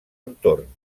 entorn